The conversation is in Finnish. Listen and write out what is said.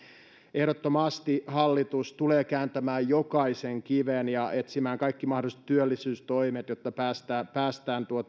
ehdottomasti hallitus tulee kääntämään jokaisen kiven ja etsimään kaikki mahdolliset työllisyystoimet jotta päästään päästään